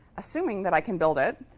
assuming that i can build it,